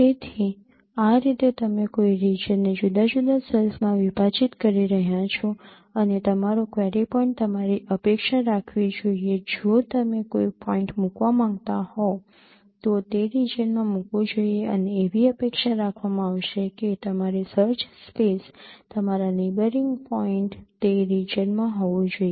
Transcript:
તેથી આ રીતે તમે કોઈ રિજિયનને જુદા જુદા સેલ્સ માં વિભાજીત કરી રહ્યાં છો અને તમારો ક્વેરી પોઇન્ટ તમારી અપેક્ષા રાખવી જોઈએ જો તમે કોઈ પોઈન્ટ મૂકવા માંગતા હો તો તે રિજિયનમાં મૂકવું જોઈએ અને એવી અપેક્ષા રાખવામાં આવશે કે તમારી સર્ચ સ્પેસ તમારા નેબયરિંગ પોઈન્ટ તે રિજિયનમાં હોવું જોઈએ